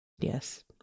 Yes